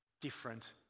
different